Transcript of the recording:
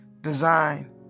design